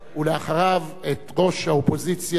ולאחריו, את ראש האופוזיציה,